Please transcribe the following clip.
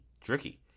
tricky